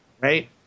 right